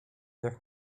jak